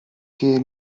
che